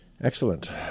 Excellent